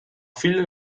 figlia